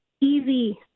easy